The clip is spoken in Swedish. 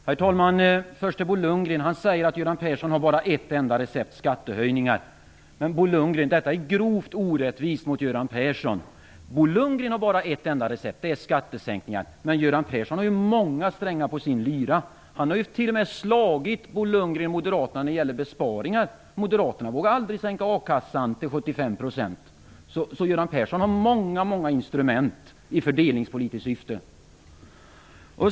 Herr talman! Bo Lundgren säger att Göran Persson bara har ett enda recept - skattehöjningar. Men, Bo Lundgren, detta är grovt orättvist mot Göran Persson. Bo Lundgren har bara ett enda recept, och det är skattesänkningar. Men Göran Persson har ju många strängar på sin lyra. Han har ju t.o.m. slagit Bo Lundgren och Moderaterna när det gäller besparingar. Moderaterna vågade aldrig sänka a-kasseersättningen till 75 %. Men Göran Persson har många, många instrument i fördelningspolitiskt syfte.